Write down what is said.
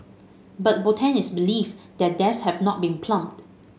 but botanists believe their depths have not been plumbed